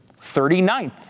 39th